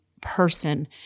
person